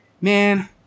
man